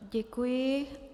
Děkuji.